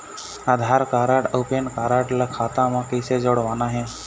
आधार card अऊ PAN card ला खाता म कइसे जोड़वाना हे?